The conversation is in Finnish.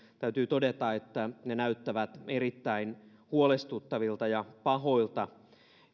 täytyy todeta että ne näyttävät erittäin huolestuttavilta ja pahoilta